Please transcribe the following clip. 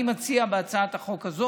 אני מציע בהצעת החוק הזאת,